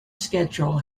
schedule